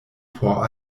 por